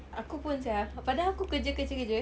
aku pun sia padahal aku kerja kerja kerja